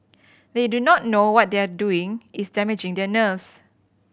they do not know what they are doing is damaging their nerves